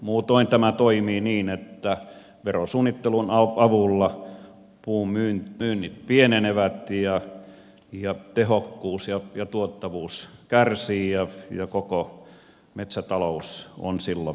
muutoin tämä toimii niin että verosuunnittelun avulla puunmyynnit pienenevät ja tehokkuus ja tuottavuus kärsii ja koko metsätalous on silloin menettäjä